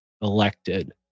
elected